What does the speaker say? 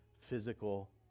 physical